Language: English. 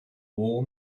war